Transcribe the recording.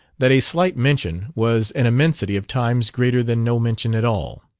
that a slight mention was an immensity of times greater than no mention at all.